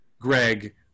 Greg